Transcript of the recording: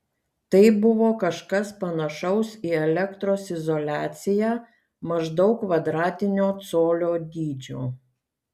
tai buvo kažkas panašaus į elektros izoliaciją maždaug kvadratinio colio dydžio